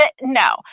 no